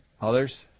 Others